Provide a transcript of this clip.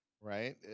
right